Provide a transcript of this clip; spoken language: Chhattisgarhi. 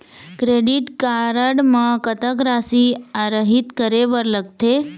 क्रेडिट कारड म कतक राशि आहरित करे बर लगथे?